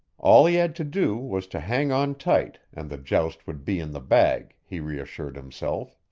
all he had to do was to hang on tight, and the joust would be in the bag, he reassured himself.